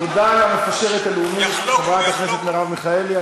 תודה למפשרת הלאומית חברת הכנסת מרב מיכאלי.